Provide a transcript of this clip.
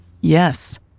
Yes